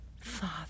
Father